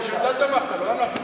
אתה תמכת, לא אנחנו.